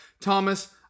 Thomas